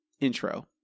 intro